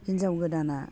हिन्जाव गोदाना